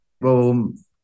boom